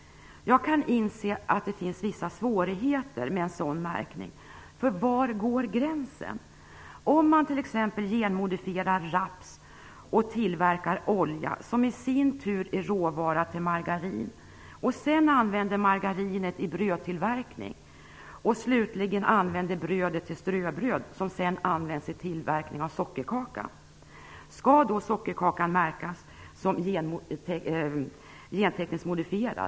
Jag kan inse att det finns vissa svårigheter med en sådan märkning. Var går gränsen? Man kan t.ex. tänka sig att någon genmodifierar raps och tillverkar olja. Den är i sin tur råvara i margarin. Sedan används margarinet i brödtillverkning. Brödet används till ströbröd som sedan används vid tillverkning av sockerkaka. Skall då sockerkakan märkas som gentekniskt modifierad?